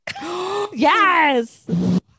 yes